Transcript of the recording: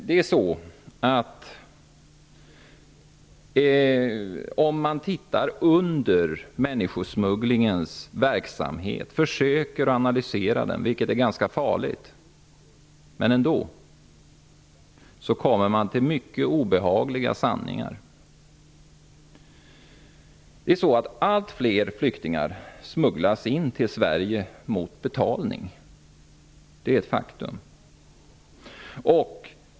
Om man ser efter vad som ligger under människosmugglingen, om man försöker analysera den, vilket är ganska farligt, kommer man fram till mycket obehagliga sanningar. Allt fler flyktingar smugglas in till Sverige mot betalning. Det är ett faktum.